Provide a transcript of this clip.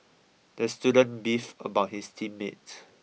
the student beefed about his team mates